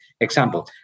example